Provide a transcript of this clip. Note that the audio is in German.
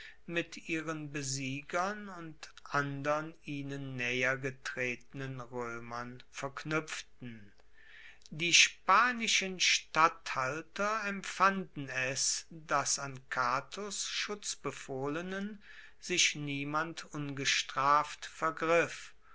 mit ihren besiegern und andern ihnen naeher getretenen roemern verknuepften die spanischen statthalter empfanden es dass an catos schutzbefohlenen sich niemand ungestraft vergriff